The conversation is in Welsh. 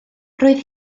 roedd